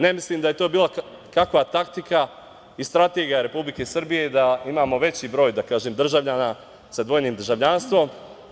Ne mislim da je to bila takva taktika i strategija Republike Srbije da imamo veći broj državljana sa dvojnim državljanstvom.